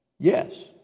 Yes